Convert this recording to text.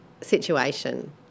situation